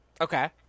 Okay